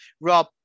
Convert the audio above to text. Rob